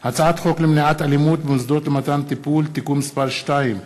הצעת חוק למניעת אלימות במוסדות למתן טיפול (תיקון מס' 2)